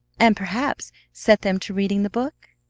and perhaps set them to reading the book?